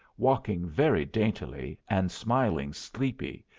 walking very daintily, and smiling sleepy,